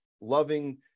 loving